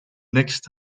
next